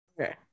okay